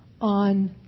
on